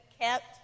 kept